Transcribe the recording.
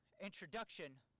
introduction